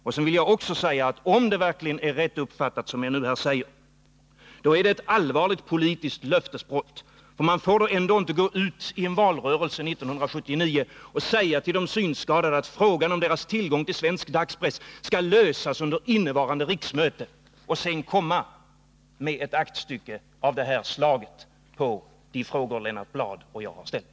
Om det jag här har sagt verkligen är rätt uppfattat, är det för det andra fråga om ett allvarligt politiskt löftesbrott. Man får inte gå ut i valrörelsen 1979 och säga till de synskadade att frågan om deras tillgång till svensk dagspress skall lösas under innevarande riksmöte och sedan komma med ett aktstycke av detta slag som svar på de frågor Lennart Bladh och jag har ställt.